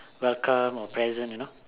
welcome or present you know